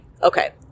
okay